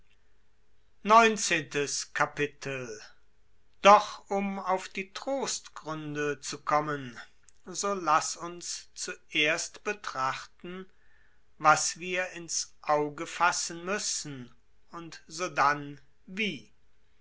doch um auf die trostgründe zu kommen so laß uns zuerst betrachten was wir in's auge fassen müssen und sodann wie